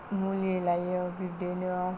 मुलि लायो बिब्दिनो